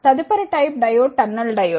తదుపరి type diode tunnel diode